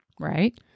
Right